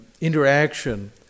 interaction